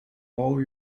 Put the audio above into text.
all